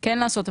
כן לעשות,